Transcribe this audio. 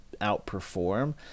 outperform